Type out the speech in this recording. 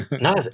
no